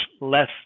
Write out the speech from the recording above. less